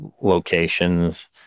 locations